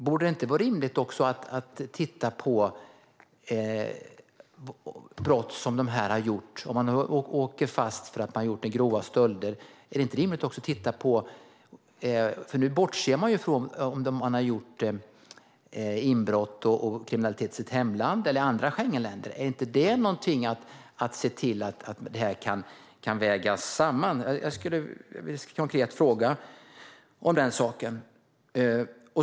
Är det inte rimligt att också titta på brott som dessa personer har begått och kriminalitet de stått för i hemländerna eller i andra Schengenländer, om de åker fast på grund av grova stölder? Detta bortser man nu från. Borde man inte kunna väga samman allt? Det är en konkret fråga från mig.